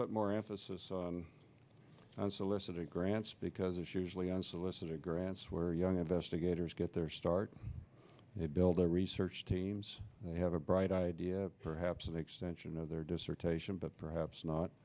put more emphasis on soliciting grants because it's usually unsolicited grants where young investigators get their start build their research teams have a bright idea perhaps an extension of their dissertation but perhaps not